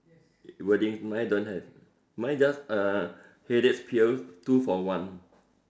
wordings mine don't have mine just uh headache pills two for one